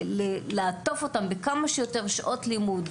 ולעטוף אותם בכמה שיותר שעות לימוד,